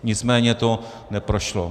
Nicméně to neprošlo.